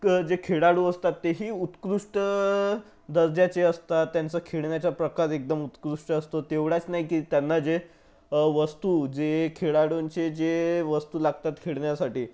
क जे खेळाडू असतात तेही उत्कृष्ट दर्जाचे असतात त्यांचं खेळण्याचा प्रकार एकदम उत्कृष्ट असतो तेवढाच नाही की त्यांना जे वस्तू जे खेळाडूंचे जे वस्तू लागतात खेळण्यासाठी